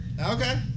Okay